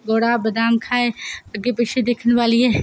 घोड़ा बादाम खाए अग्गें पिच्छें दिक्खन बालिये